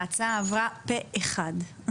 ההצעה עברה פה אחד.